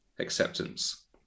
acceptance